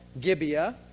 Gibeah